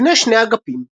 במבנה שני אגפים.